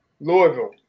Louisville